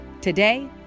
today